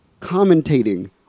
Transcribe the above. commentating